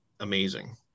Amazing